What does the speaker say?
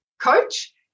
coach